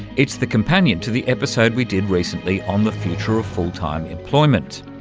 it's the companion to the episode we did recently on the future of full-time employment.